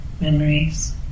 memories